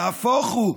נהפוך הוא,